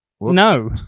no